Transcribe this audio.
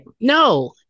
No